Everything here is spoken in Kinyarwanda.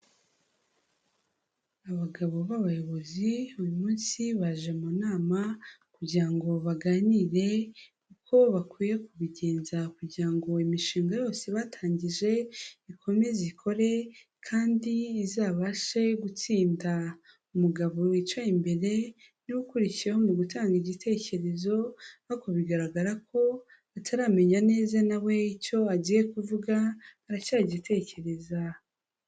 Abagabo b'abayobozi uyu munsi baje mu nama, kugira ngo baganire uko bakwiye kubigenza kugira ngo imishinga yose batangije ikomeze ikore kandi izabashe gutsinda, umugabo wicaye imbere ni we ukurikiyeho mu gutanga igitekerezo no ku bigaragara ko ataramenya neza na we icyo agiye kuvuga aracyagitekereza.